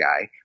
guy